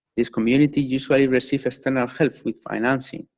these communities receive external help with financing,